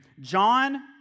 John